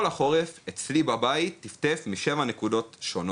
כל החורף אצלי בדירה הגג טפטף משבע נקודות שונות,